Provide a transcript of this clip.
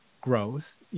growth